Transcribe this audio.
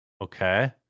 okay